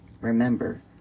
Remember